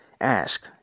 ask